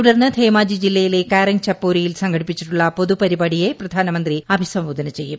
തുടർന്ന് ധേമാജി ജില്ലയിലെ കാരംഗ് ചപ്പോരിയിൽ സംഘടിപ്പിച്ചിട്ടുള്ള പൊതു പരിപാടിയെ പ്രധാനമന്ത്രി അഭിസംബോധന ചെയ്യും